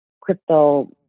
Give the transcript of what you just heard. crypto